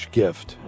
gift